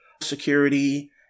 security